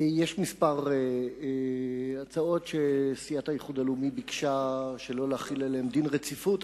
יש כמה הצעות שסיעת האיחוד הלאומי ביקשה שלא להחיל עליהן דין רציפות.